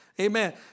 amen